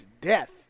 death